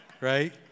Right